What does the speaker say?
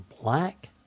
black